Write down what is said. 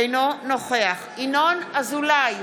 אינו נוכח ינון אזולאי,